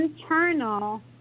internal